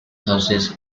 houses